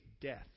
death